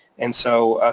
and so